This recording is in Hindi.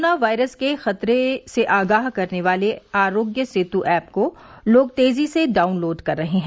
कोरोना वायरस के खतरे से आगाह करने वाले आरोग्य सेतु ऐप को लोग तेजी से डाउनलोड कर रहे हैं